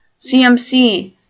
CMC